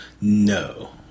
No